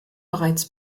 bereits